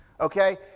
Okay